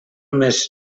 més